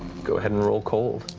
go ahead and roll cold.